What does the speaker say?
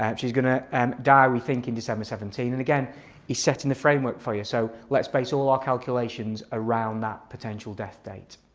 um she's going to um die we think in december seventeen and again he's setting the framework for you so let's base all our calculations around that potential death date.